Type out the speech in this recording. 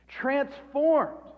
transformed